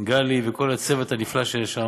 גלי וכל הצוות הנפלא שיש שם,